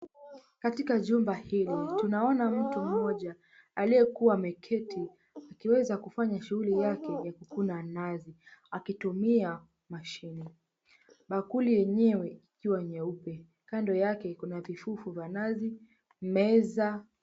Katika jumba hili tunaona mtu mmoja aliyekuwa ameketi akiweza kufanya shughuli yake kwenye mguu la mnazi akitumia mashini. Bakuli yenyewe ikiwa nyeupe. Kando yake kuna kifufu la nazi, meza.